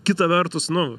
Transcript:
kita vertus nu